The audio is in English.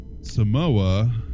Samoa